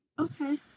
Okay